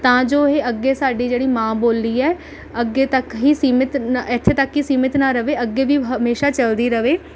ਤਾਂ ਜੋ ਇਹ ਅੱਗੇ ਸਾਡੀ ਜਿਹੜੀ ਮਾਂ ਬੋਲੀ ਹੈ ਅੱਗੇ ਤੱਕ ਹੀ ਸੀਮਤ ਨ ਇੱਥੇ ਤੱਕ ਹੀ ਸੀਮਤ ਨਾ ਰਹੇ ਅੱਗੇ ਵੀ ਹਮੇਸ਼ਾ ਚਲਦੀ ਰਹੇ